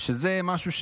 שזה משהו,